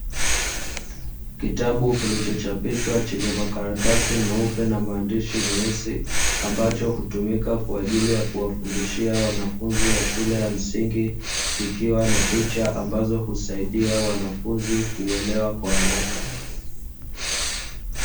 Kitabu kilichochapishwa chenye makaratasi meupe na maandishi meusi, ambacho hutumika kwa ajili ya kuwafundishia wanafunzi wa shule ya msingi, kukiwa na picha ambazo husaidia wanafunzi kuelewa kwa haraka.